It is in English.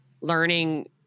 learning